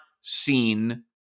seen